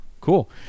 Cool